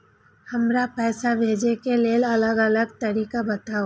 हमरा पैसा भेजै के लेल अलग अलग तरीका बताबु?